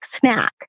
snack